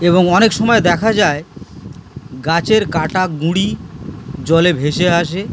এবং অনেক সময় দেখা যায় গাছের কাটা গুঁড়ি জলে ভেসে আসে